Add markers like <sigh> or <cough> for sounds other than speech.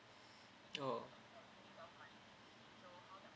<breath> oh